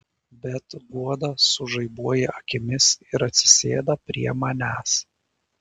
bet guoda sužaibuoja akimis ir atsisėda prie manęs